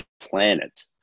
planet